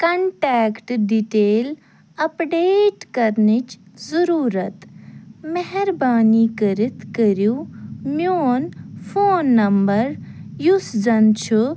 contact detail update کرنٕچ ضُروٗرت مہربٲنی کٔرِتھ کٔرِو میٛون فون نمبر یُس زن چھُ